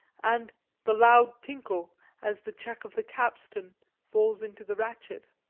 and the loud tinkle as the check of the capstan falls into the rachet.